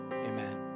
Amen